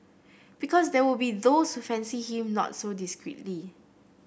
because there will be those who fancy him not so discreetly